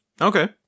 Okay